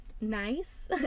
nice